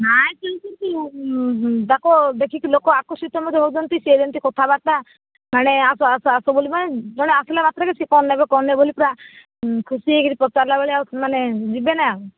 ନା ତାକୁ ଦେଖିକି ଲୋକ ଆକର୍ଷିତ ମଧ୍ୟ ହଉଛନ୍ତି ସେ ଯେମିତି କଥାବାର୍ତ୍ତା ମାନେ ଆସ ଆସ ଆସ ବୋଲି ମାନେ ମାନେ ଆସିଲା ମାତ୍ରେକେ ସେ କ'ଣ ନେବେ କ'ଣ ନେବେ ବୋଲି ପୁରା ଖୁସି ହେଇକି ପଚାରିଲା ଭଳିଆ ମାନେ ଯିବେନା